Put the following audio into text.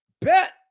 Bet